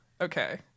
Okay